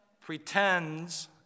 pretends